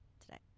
today